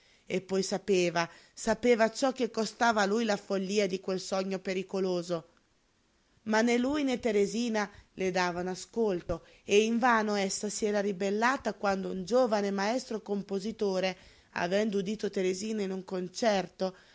e poi sapeva sapeva ciò che costava a lui la follia di quel sogno pericoloso ma né lui né teresina le davano ascolto e invano essa si era ribellata quando un giovane maestro compositore avendo udito teresina in un concerto